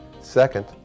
second